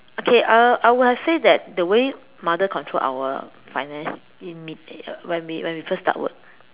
okay uh I would have say that the way mother control our finance in me when we when we first start work